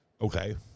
Okay